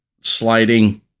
sliding